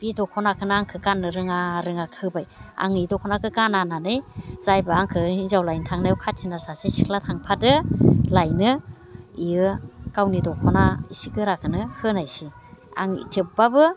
बे दखनाखौनो आंखौ गाननो रोङा रोङा होबाय आं बि दखनाखौ गाना होननानै जायबा आंखौ हिनजाव लायनो थांनायाव खाथिनार सासे सिख्ला थांफादों लायनो बियो गावनि दखना इसे गोराखौनो होनायसै आं थेवबाबो